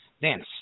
dance